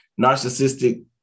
narcissistic